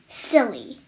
Silly